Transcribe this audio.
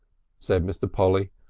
said mr. polly.